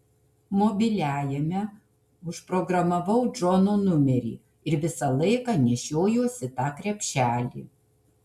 mobiliajame užprogramavau džono numerį ir visą laiką nešiojuosi tą krepšelį